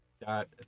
dot